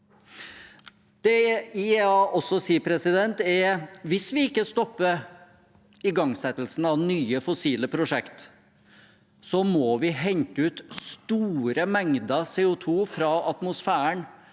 IEA sier også at hvis vi ikke stopper igangsettelsen av nye fossile prosjekt, må vi hente ut store mengder CO2 fra atmosfæren